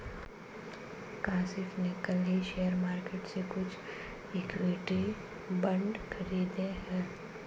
काशिफ़ ने कल ही शेयर मार्केट से कुछ इक्विटी बांड खरीदे है